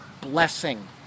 blessing